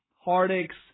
heartaches